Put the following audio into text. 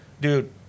Dude